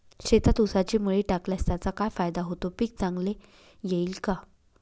शेतात ऊसाची मळी टाकल्यास त्याचा काय फायदा होतो, पीक चांगले येईल का?